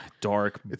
Dark